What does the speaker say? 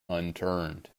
unturned